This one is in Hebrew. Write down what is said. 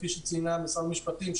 כפי שציינה נציגת משרד המשפטים,